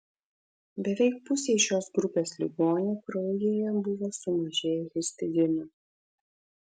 beveik pusei šios grupės ligonių kraujyje buvo sumažėję histidino